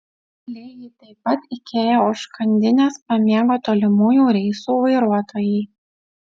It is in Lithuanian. lygiai taip pat ikea užkandines pamėgo tolimųjų reisų vairuotojai